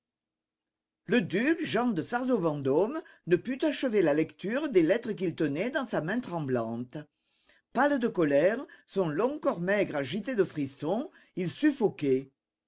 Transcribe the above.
le duc jean de sarzeau vendôme ne put achever la lecture des lettres qu'il tenait dans sa main tremblante pâle de colère son long corps maigre agité de frissons il suffoquait